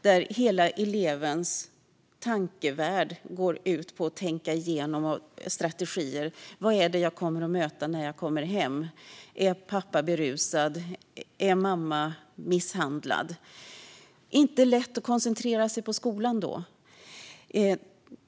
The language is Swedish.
Då går elevens hela tankevärld åt att tänka ut strategier: Vad är det jag kommer att möta när jag kommer hem - är pappa berusad? Är mamma misshandlad? Det är inte lätt att koncentrera sig på skolan då.